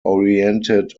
oriented